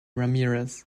ramirez